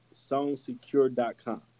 songsecure.com